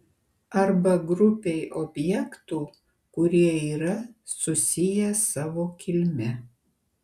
arba grupei objektų kurie yra susiję savo kilme